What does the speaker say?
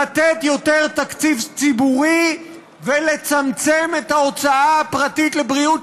לתת יותר תקציב ציבורי ולצמצם את ההוצאה הפרטית על בריאות,